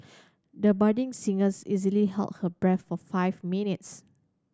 the budding singers easily held her breath for five minutes